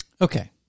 Okay